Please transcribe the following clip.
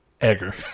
Egger